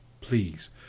Please